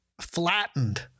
flattened